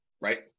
right